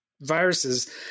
viruses